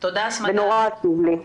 ונורא עצוב לי.